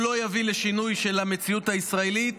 הוא לא יביא לשינוי של המציאות הישראלית,